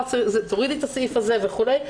תורידי את הסעיף הזה וכולי,